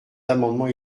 amendements